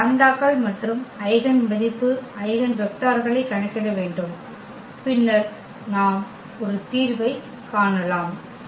நாம் லாம்ப்டாக்கள் மற்றும் ஐகென் மதிப்பு ஐகென் வெக்டர்களைக் கணக்கிட வேண்டும் பின்னர் நாம் ஒரு தீர்வைக் காணலாம்